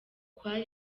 kwa